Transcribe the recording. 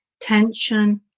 tension